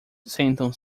sentam